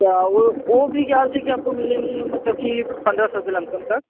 क्या वो भी क्या बोलते है कि आपको मिलेंगी की पंद्रह सौ के लमसम तक